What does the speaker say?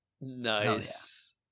Nice